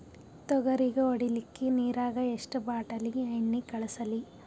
ತೊಗರಿಗ ಹೊಡಿಲಿಕ್ಕಿ ನಿರಾಗ ಎಷ್ಟ ಬಾಟಲಿ ಎಣ್ಣಿ ಕಳಸಲಿ?